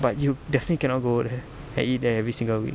but you definitely cannot go there and eat there every single week